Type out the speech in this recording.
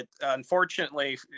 Unfortunately